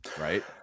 Right